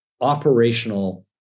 operational